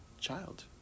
child